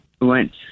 went